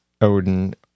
Odin